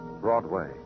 Broadway